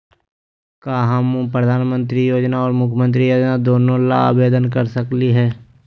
का हम प्रधानमंत्री योजना और मुख्यमंत्री योजना दोनों ला आवेदन कर सकली हई?